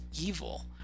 evil